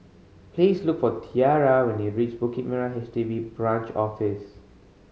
please look for Tiara when you reach Bukit Merah H D B Branch Office